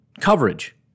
coverage